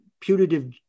putative